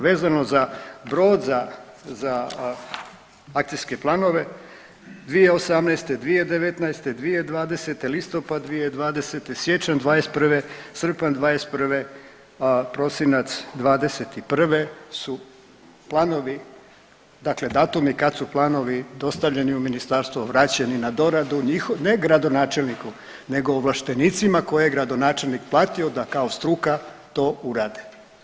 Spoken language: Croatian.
Vezano za Brod, za akcijske planove, 2018., 2019., 2020., listopad 2020., siječanj '21., srpanj '21., prosinac '21. su planovi, dakle datumi kad su planovi dostavljeni u ministarstvo, vraćeni na doradu, njihov, ne gradonačelniku nego ovlaštenicima koje je gradonačelnik platio da kao struka to urade.